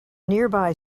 nearby